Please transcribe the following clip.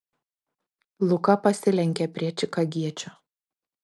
luka pasilenkė prie čikagiečio